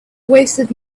wasted